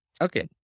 Okay